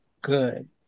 good